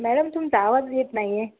madam तुमचा आवाज येत नाही आहे